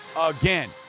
again